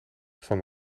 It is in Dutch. van